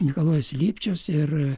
mikalojus lipčius ir